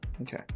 Okay